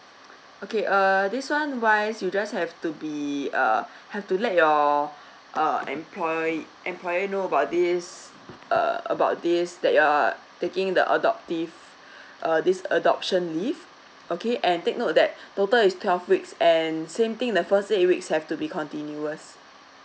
okay uh this one wise you just have to be uh have to let your err employ employer know about this uh about this that you're taking the adoptive err this adoption leave okay and take note that total is twelve weeks and same thing the first eight weeks have to be continuous